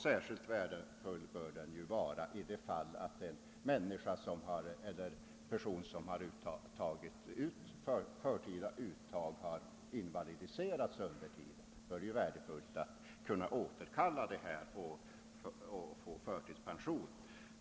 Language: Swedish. Särskilt värdefullt bör det ju vara för det fall att en person, som har begagnat sig av möjligheten till för tida uttag, har invalidiserats. Då är det ju värdefullt att kunna återkalla det förtida uttaget och i stället få förtidspension.